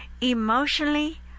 emotionally